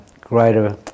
greater